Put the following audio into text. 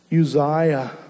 Uzziah